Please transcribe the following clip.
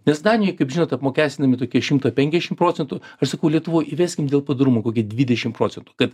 nes danijoj kaip žinot apmokestinami tokie šimtą penkiasdešimt procentų aš sakau lietuvoj įveskim dėl padorumo kokie dvidešim procentų kad